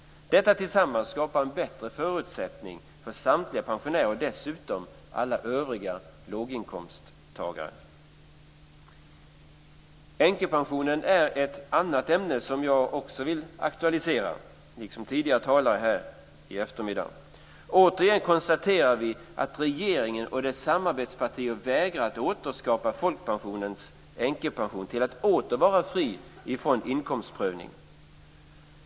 Detta tillsammans skapar en bättre förutsättning för samtliga pensionärer och dessutom för alla övriga låginkomsttagare. Änkepensionen är ett annat ämne som jag, liksom tidigare talare här i eftermiddag, vill aktualisera. Återigen konstaterar vi att regeringen och dess samarbetspartier vägrar att återskapa folkpensionens änkepension till att åter vara fri från inkomstprövning.